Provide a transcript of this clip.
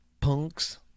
Punks